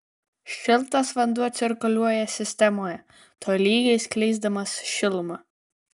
šiltas vanduo cirkuliuoja sistemoje tolygiai skleisdamas šilumą